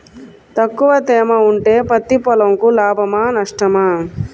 తక్కువ తేమ ఉంటే పత్తి పొలంకు లాభమా? నష్టమా?